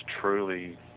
truly